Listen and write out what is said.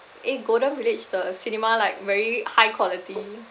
eh golden village the cinema like very high quality